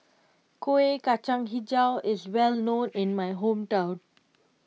Kueh Kacang HiJau is well known in my hometown